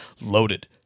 loaded